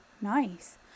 nice